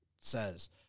says